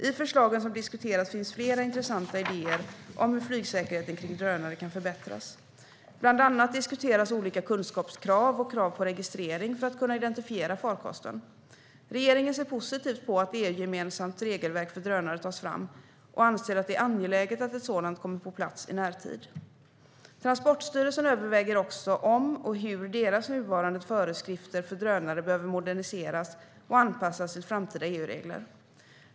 I förslagen som diskuteras finns flera intressanta idéer om hur flygsäkerheten kring drönare kan förbättras. Bland annat diskuteras olika kunskapskrav och krav på registrering för att kunna identifiera farkosten. Regeringen ser positivt på att ett EU-gemensamt regelverk för drönare tas fram och anser att det är angeläget att ett sådant kommer på plats i närtid. Transportstyrelsen överväger också om och hur deras nuvarande föreskrifter för drönare behöver moderniseras och anpassas till framtida EU-regler.